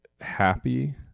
happy